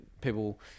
people